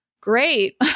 great